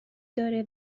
داره